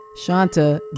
Shanta